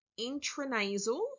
intranasal